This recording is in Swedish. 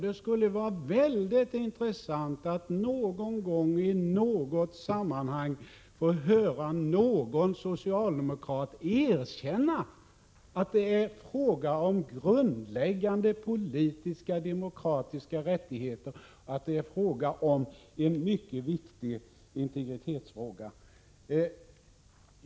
Det skulle vara mycket intressant att någon gång i något sammanhang få höra en socialdemokrat erkänna att det här gäller grundläggande politiska och demokratiska rättigheter och en mycket viktig integritetsfråga.